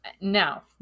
now